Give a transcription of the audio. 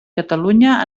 catalunya